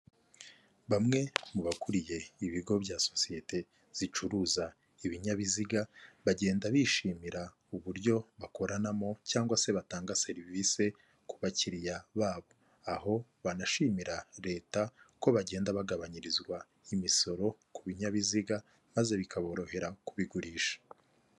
Bamwe mu bakuriye ibigo bya sosiyete zicuruza ibinyabiziga, bagenda bishimira uburyo bakoranamo cyangwa se batanga serivisi ku bakiriya babo. Aho banashimira leta ko bagenda bagabanyirizwa imisoro ku binyabiziga maze bikaborohera kubigurisha.